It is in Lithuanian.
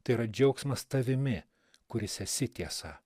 tai yra džiaugsmas tavimi kuris esi tiesa